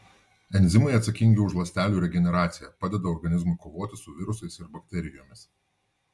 enzimai atsakingi už ląstelių regeneraciją padeda organizmui kovoti su virusais ir bakterijomis